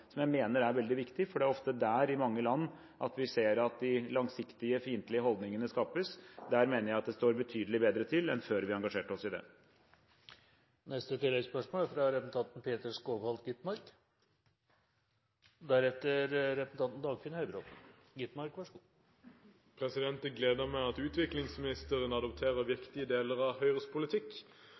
som jeg mener er veldig viktig for det er ofte der vi i mange land ser at de langsiktige fiendtlige holdningene skapes. Der mener jeg det står betydelig bedre til enn før vi engasjerte oss i det. Peter Skovholt Gitmark – til oppfølgingsspørsmål. Det gleder meg at utviklingsministeren adopterer viktige deler av Høyres politikk. Strengere krav til alle mottakere av norsk bistand er viktig. Det er